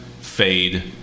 fade